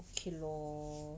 okay lor